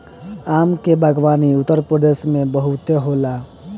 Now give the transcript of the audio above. आम के बागवानी उत्तरप्रदेश में बहुते होला